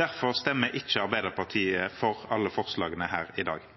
Derfor stemmer ikke Arbeiderpartiet for alle forslagene her i dag.